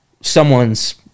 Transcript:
someone's